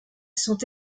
sont